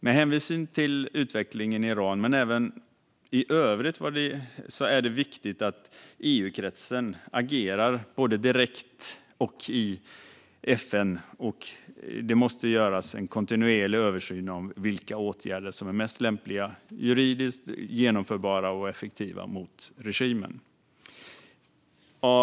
Med hänsyn till utvecklingen i Iran men även i övrigt är det viktigt att EU-kretsen agerar både direkt och i FN. Det måste göras en kontinuerlig översyn av vilka åtgärder som är mest lämpliga, juridiskt genomförbara och effektiva mot regimen.